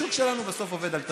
השוק שלנו בסוף עובד על תחרות.